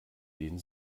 den